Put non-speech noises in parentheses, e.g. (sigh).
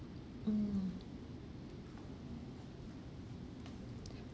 mm (breath)